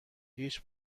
هیچ